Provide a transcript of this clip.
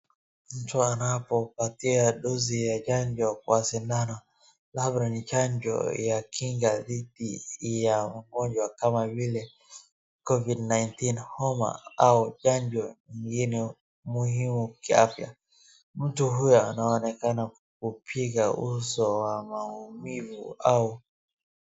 Mtu anapopatiwa dozi ya chanjo kwa sindano, labda ni chanjo ya kinga dhidi ya ugonjwa kama vile Covid-19 , homa au chanjo nyingine muhimu kiafya. Mtu huyu anaonekana kupiga uso wa maumivu au.